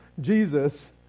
Jesus